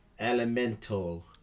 Elemental